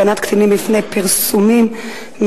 מס' 20) (הגנת קטין מפני פרסומים מזיקים)